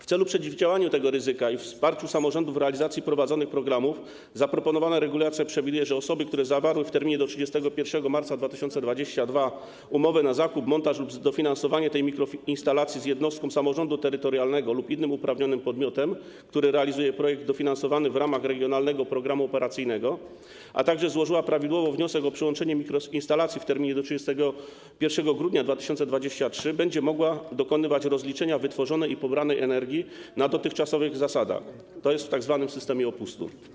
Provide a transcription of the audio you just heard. W celu przeciwdziałania temu ryzyku i wsparcia samorządów w realizacji prowadzonych programów w zaproponowanej regulacji przewidziano, że osoby, które zawarły w terminie do 31 marca 2022 r. umowę na zakup, montaż lub dofinansowanie tej mikroinstalacji z jednostką samorządu terytorialnego lub innym uprawnionym podmiotem, który realizuje projekt dofinansowany w ramach regionalnego programu operacyjnego, a także złożyły prawidłowo wniosek o przyłączenie mikroinstalacji w terminie do 31 grudnia 2023 r., będą mogły dokonywać rozliczenia wytworzonej i pobranej energii na dotychczasowych zasadach, tj. w systemie opustów.